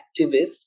activist